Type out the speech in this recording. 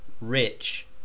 Rich